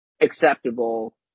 acceptable